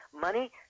Money